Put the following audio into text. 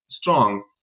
strong